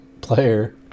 player